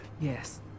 Yes